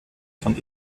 von